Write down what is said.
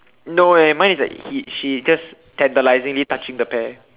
no eh mine is like he she just tantalizing he touching the pear